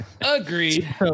agreed